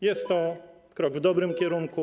Jest to krok w dobrym kierunku.